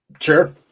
Sure